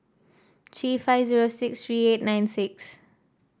three five zero six three eight nine six